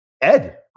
Ed